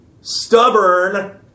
stubborn